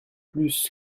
plus